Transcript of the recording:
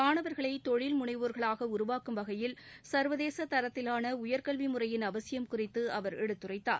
மாணவர்களை தொழில் முளைவோர்களாக உருவாக்கும் வகையில் சர்வதேச தரத்திலான உயர்கல்வி முறையின் அவசியம் குறித்து அவர் எடுத்துரைத்தார்